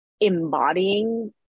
embodying